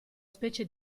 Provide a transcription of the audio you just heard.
specie